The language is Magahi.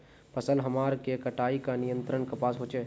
फसल हमार के कटाई का नियंत्रण कपास होचे?